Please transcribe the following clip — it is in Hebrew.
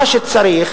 מה שצריך